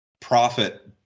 profit